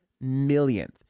millionth